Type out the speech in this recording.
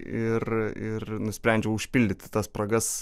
ir ir nusprendžiau užpildyti tas spragas